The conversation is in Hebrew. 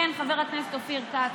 כן, חבר הכנסת אופיר כץ,